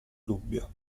dubbio